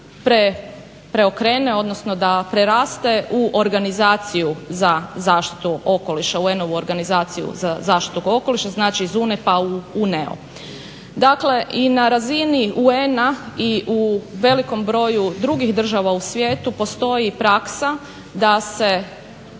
preokrene, odnosno da preraste u UN-ovu organizaciju za zaštitu okoliša, znači iz UNEP-a u UNEO. Dakle i na razini UN-a i u velikom broju drugih država u svijetu postoji praksa da se